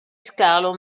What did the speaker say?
scalo